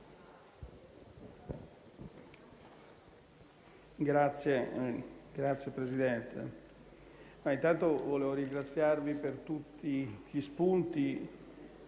Signor Presidente, intanto volevo ringraziarvi per tutti gli spunti